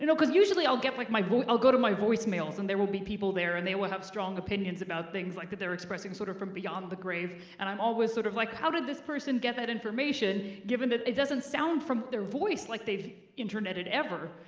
you know, cuz usually i'll get like my voice i'll go to my voicemails and there will be people there and they will have strong opinions about things like that they're expressing sort of from beyond the grave and i'm always sort of like how did this person get that information, given that it doesn't sound from their voice like they've internetted ever,